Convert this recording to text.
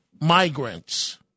migrants